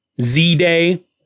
Z-Day